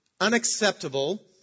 unacceptable